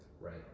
Right